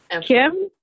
Kim